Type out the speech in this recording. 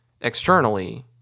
externally